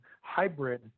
hybrid